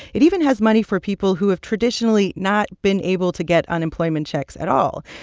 it even has money for people who have traditionally not been able to get unemployment checks at all.